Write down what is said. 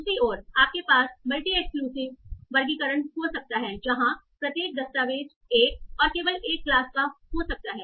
दूसरी ओर आपके पास म्युचुअली एक्सक्लूसिव वर्गीकरण हो सकता है जहां प्रत्येक दस्तावेज़ 1 और केवल 1 क्लास का हो सकता है